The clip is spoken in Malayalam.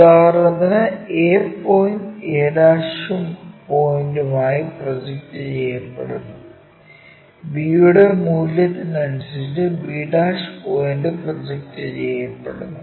ഉദാഹരണത്തിന് a പോയിന്റ് a' പോയിന്റ് ആയി പൊജെക്ട് ചെയ്യപ്പെടുന്നു b യുടെ മൂല്യത്തിന് അനുസരിച്ചു b' പോയിന്റ് പ്രൊജക്റ്റ് ചെയ്യപ്പെടുന്നു